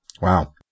Wow